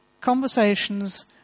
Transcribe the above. conversations